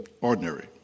ordinary